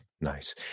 Nice